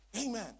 Amen